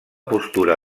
postura